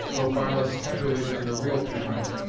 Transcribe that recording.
though far less tenderly than the real parent,